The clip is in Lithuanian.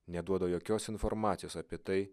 neduoda jokios informacijos apie tai